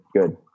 good